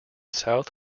south